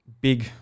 big